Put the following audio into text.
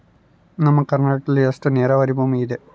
ನಮ್ಮ ಕರ್ನಾಟಕದಲ್ಲಿ ಎಷ್ಟು ನೇರಾವರಿ ಭೂಮಿ ಇದೆ?